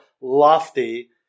lofty